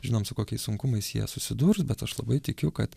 žinom su kokiais sunkumais jie susidurs bet aš labai tikiu kad